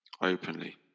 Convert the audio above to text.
openly